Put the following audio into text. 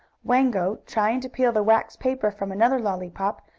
wango, trying to peel the wax paper from another lollypop,